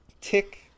Tick